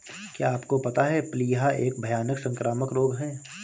क्या आपको पता है प्लीहा एक भयानक संक्रामक रोग है?